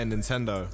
Nintendo